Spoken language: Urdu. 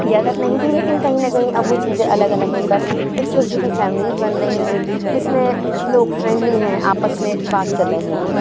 اجازت نہیں تھی لیکن کہیں نہ کہیں اب وہ چیزیں الگ الگ ہوکر ایک چھوٹی چھوٹی فیملیز بن رہی ہیں جس میں لوگ فرینڈلی ہیں آپس میں بات کر رہے ہیں